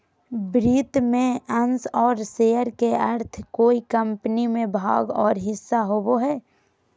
वित्त में अंश और शेयर के अर्थ कोय कम्पनी में भाग और हिस्सा होबो हइ